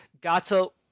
Gato